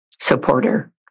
supporter